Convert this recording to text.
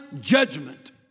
judgment